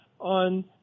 on